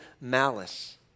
malice